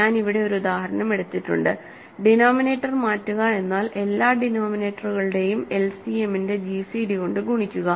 ഞാൻ ഇവിടെ ഒരു ഉദാഹരണം എടുത്തിട്ടുണ്ട് ഡിനോമിനേറ്റർ മാറ്റുക എന്നാൽ എല്ലാ ഡിനോമിനേറ്ററുകളുടെയും എൽസിഎമ്മിന്റെ ജിസിഡി കൊണ്ട് ഗുണിക്കുക